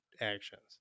actions